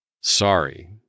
Sorry